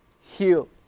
heal